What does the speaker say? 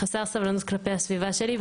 חסר סבלנות כלפי הסביבה שלי,